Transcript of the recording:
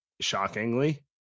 shockingly